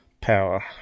power